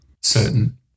certain